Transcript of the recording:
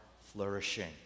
flourishing